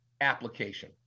application